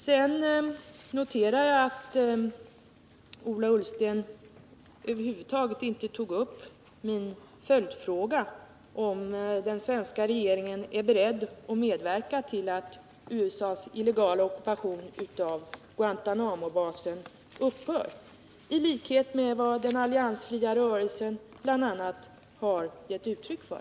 Sedan noterar jag att Ola Ullsten över huvud taget inte tog upp min följdfråga, om den svenska regeringen är beredd att medverka till att USA:s illegala occupation av Guantanamobasen upphör, i likhet med vad den alliansfria rörelsen bl.a. har gett uttryck för.